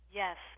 yes